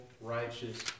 righteous